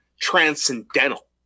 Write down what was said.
transcendental